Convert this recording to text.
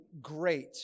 great